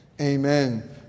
Amen